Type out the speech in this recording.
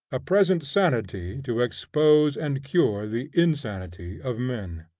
a present sanity to expose and cure the insanity of men.